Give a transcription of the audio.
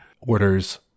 orders